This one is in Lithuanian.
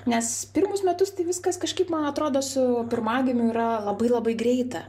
nes pirmus metus tai viskas kažkaip man atrodo su pirmagimiu yra labai labai greita